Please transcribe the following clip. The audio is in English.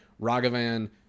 Ragavan